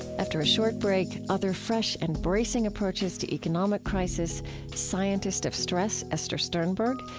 after a short break, other fresh and bracing approaches to economic crisis scientist of stress esther sternberg,